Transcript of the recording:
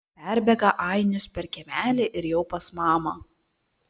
perbėga ainius per kiemelį ir jau pas mamą